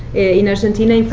in argentina, in fact,